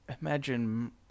imagine